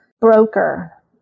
broker